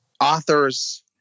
authors